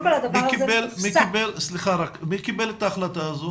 מי קיבל את ההחלטה הזו?